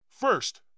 First